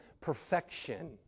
perfection